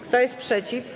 Kto jest przeciw?